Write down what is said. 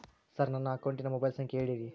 sir ನನ್ನ ಅಕೌಂಟಿನ mobile ಸಂಖ್ಯೆ ಹೇಳಿರಿ